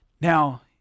Now